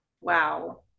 Wow